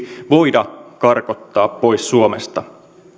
voida karkottaa pois suomesta